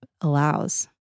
allows